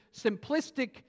simplistic